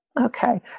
okay